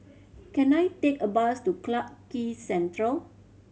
can I take a bus to Clarke Quay Central